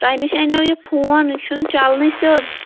تۄہہِ نِش اَنٮ۪و یہِ فون یہِ چھُنہٕ چَلنے سیٛوٚد